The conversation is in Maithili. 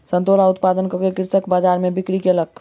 संतोला उत्पादन कअ के कृषक बजार में बिक्री कयलक